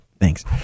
Thanks